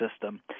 system